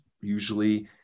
usually